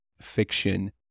fiction